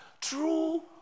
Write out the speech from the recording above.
true